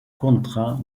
contrat